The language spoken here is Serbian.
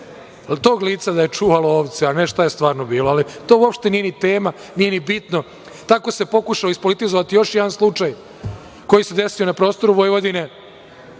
tog lica da je čuvao ovce, a ne šta je stvarno bilo. Ali, to uopšte nije ni tema, nije ni bitno, tako se pokušalo ispolitizovati još jedan slučaj koji se desio na prostoru Vojvodine,